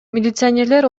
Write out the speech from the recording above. милиционерлер